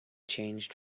changed